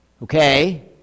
Okay